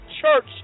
church